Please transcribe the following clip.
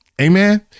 amen